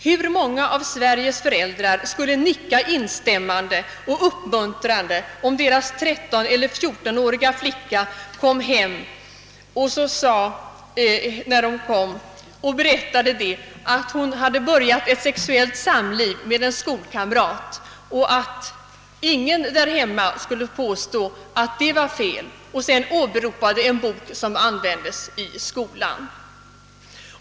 Hur många av Sveriges föräldrar skulle nicka instämmande och uppmuntrande, om deras 13 eller 14-åriga flicka kom hem och berättade att hon hade börjat ett sexuellt samliv med en skolkamrat och säga att ingen där hemma skulle påstå att det var fel och därvid åberopa en bok som användes i skolan?